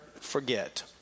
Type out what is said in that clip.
forget